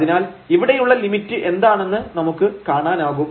അതിനാൽ ഇവിടെയുള്ള ലിമിറ്റ് എന്താണെന്ന് നമുക്ക് കാണാനാകും